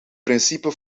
principe